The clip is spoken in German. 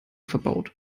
verbaut